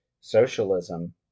socialism